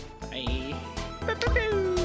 Bye